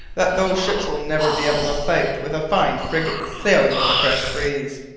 that those ships will never be able to fight with a fine frigate sailing with a fresh breeze.